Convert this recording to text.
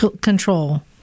control